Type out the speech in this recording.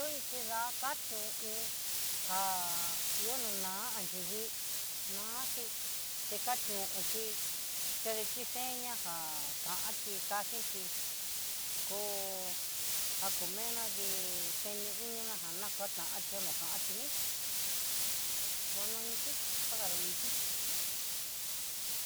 Koin chí dá katió o'on, já ihó nona, anxhí vii na'axhí tekatió o tí chedetí seña á kanti kachinti koó jakomenadí chene inina jan nakotá até no katí ní dó nanití pajaró naniti.